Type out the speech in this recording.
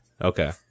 Okay